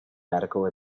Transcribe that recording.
medical